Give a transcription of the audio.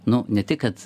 nu ne tai kad